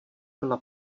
byla